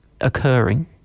occurring